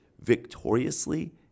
victoriously